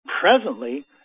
presently